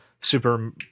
Super